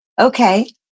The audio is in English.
Okay